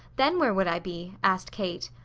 then where would i be? asked kate.